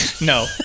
no